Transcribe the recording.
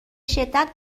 شدت